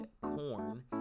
corn